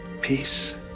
Peace